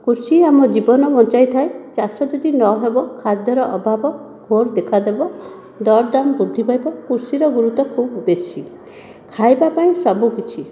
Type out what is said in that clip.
କୃଷି ଆମ ଜୀବନ ବଞ୍ଚାଇ ଥାଏ ଚାଷ ଯଦି ନହେବ ଖାଦ୍ୟର ଅଭାବ ଘୋର ଦେଖାଦେବ ଦର ଦାମ ବୃଦ୍ଧି ପାଇବା କୃଷିର ଗୁରୁତ୍ୱ ଖୁବ ବେଶୀ ଖାଇବା ପାଇଁ ସବୁକିଛି